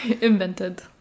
Invented